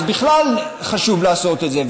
אז בכלל חשוב לעשות את זה,